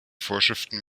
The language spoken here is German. vorschriften